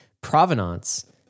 provenance